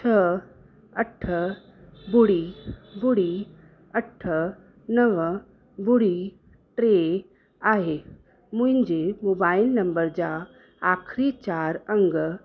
छह अठ ॿुड़ी ॿुड़ी अठ नव ॿुड़ी टे आहे मुंहिंजे मोबाइल नंंबर जा आख़िरी चारि अंग